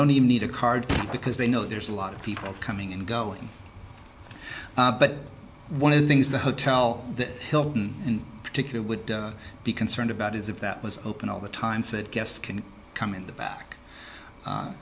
don't even need a card because they know there's a lot of people coming and going but one of the things the hotel the hilton in particular would be concerned about is if that was open all the times that guests can come in the back